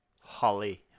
Holly